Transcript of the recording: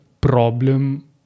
problem